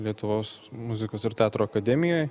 lietuvos muzikos ir teatro akademijoj